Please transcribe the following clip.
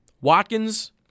Watkins